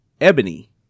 Ebony